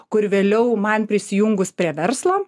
kur vėliau man prisijungus prie verslo